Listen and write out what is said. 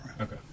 Okay